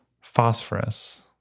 phosphorus